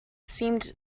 seemed